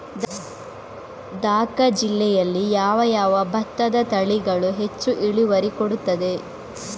ದ.ಕ ಜಿಲ್ಲೆಯಲ್ಲಿ ಯಾವ ಯಾವ ಭತ್ತದ ತಳಿಗಳು ಹೆಚ್ಚು ಇಳುವರಿ ಕೊಡುತ್ತದೆ?